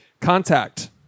Contact